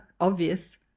obvious